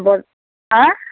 বদ হাঁ